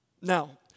Now